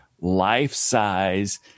life-size